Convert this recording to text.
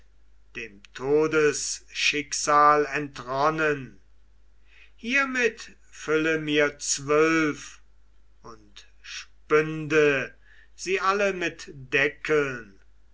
dem todesschicksal entronnen hiermit fülle mir zwölf und spünde sie alle mit deckeln